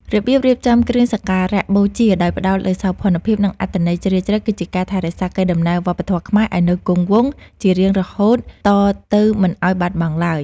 របៀបរៀបចំគ្រឿងសក្ការៈបូជាដោយផ្ដោតលើសោភ័ណភាពនិងអត្ថន័យជ្រាលជ្រៅគឺជាការថែរក្សាកេរដំណែលវប្បធម៌ខ្មែរឱ្យនៅគង់វង្សជារៀងរហូតតទៅមិនឱ្យបាត់បង់ឡើយ។